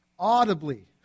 audibly